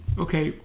okay